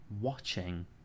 watching